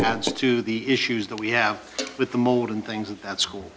adds to the issues that we have with the mold and things of that school